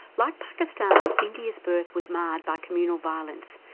like pakistan, india's birth was marred by communal violence,